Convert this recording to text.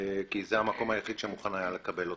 כי זה המקום היחיד שמוכן היה לקבל אותם.